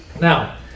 Now